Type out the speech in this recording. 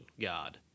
god